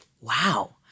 Wow